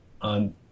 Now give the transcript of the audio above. on